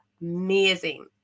amazing